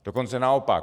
Dokonce naopak.